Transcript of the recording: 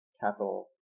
capital